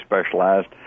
specialized